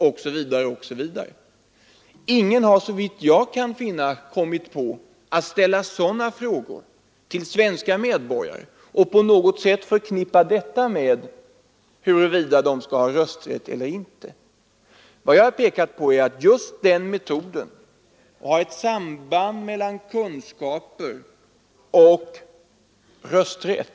osv. Ingen har såvitt jag vet kommit på tanken att ställa sådana frågor till svenska medborgare bosatta inom landet och på något sätt förknippa frågorna med spörsmålet huruvida vederbörande skall ha rösträtt eller inte. Vad jag pekat på är att den metoden innebär en sammankoppling mellan kravet på kunskaper och rösträtt.